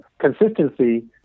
consistency